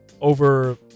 over